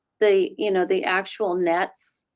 the you know, the actual net?